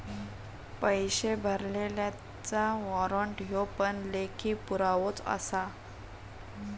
पैशे भरलल्याचा वाॅरंट ह्यो पण लेखी पुरावोच आसा